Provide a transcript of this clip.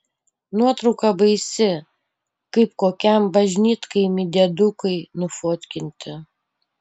nuotrauka baisi kaip kokiam bažnytkaimy diedukai nufotkinti